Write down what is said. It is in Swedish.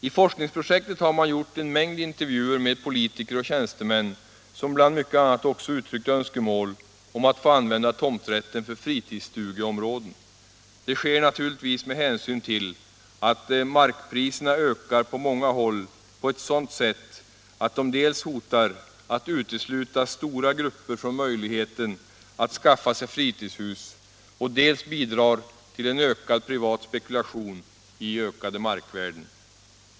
I forskningsprojektet har man gjort en mängd intervjuer med politiker och tjänstemän, som bland mycket annat också uttryckt önskemål om att få använda tomträtten för fritidsstugeområden. Det sker naturligtvis med hänsyn till att markpriserna på många håll ökar på ett sådant sätt att de dels hotar att utesluta stora grupper från möjligheten att skaffa sig fritidshus, dels bidrar till en ökad privat spekulation i höjda markvärden.